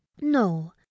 no